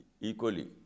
equally